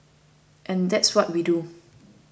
and that's what we do